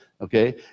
Okay